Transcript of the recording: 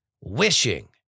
wishing